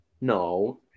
No